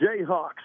Jayhawks